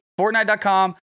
Fortnite.com